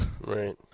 Right